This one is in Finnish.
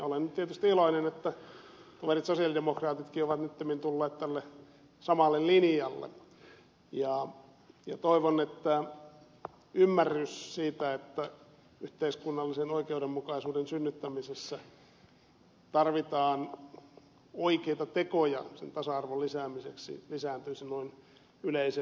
olen tietysti iloinen että toverit sosialidemokraatitkin ovat nyttemmin tulleet tälle samalle linjalle ja toivon että ymmärrys siitä että yhteiskunnallisen oikeudenmukaisuuden synnyttämisessä tarvitaan oikeita tekoja tasa arvon lisäämiseksi että se lisääntyisi noin yleisemminkin